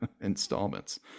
installments